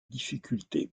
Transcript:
difficultés